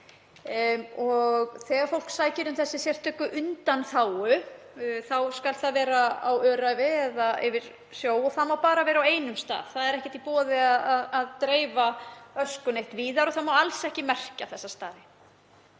og þegar fólk sækir um þessa sérstöku undanþágu þá skal dreifa öskunni á öræfum eða yfir sjó og það má bara vera á einum stað. Það er ekki í boði að dreifa ösku víðar og það má alls ekki merkja þessa staði.